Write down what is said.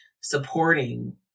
supporting